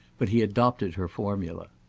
but he adopted her formula.